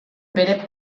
bere